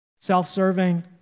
Self-serving